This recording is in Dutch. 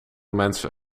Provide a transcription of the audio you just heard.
mensen